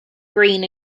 green